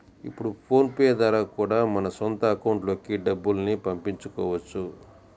ఇప్పుడు PhonePe ద్వారా కూడా మన సొంత అకౌంట్లకి డబ్బుల్ని పంపించుకోవచ్చు